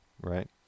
right